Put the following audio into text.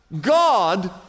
God